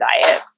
diet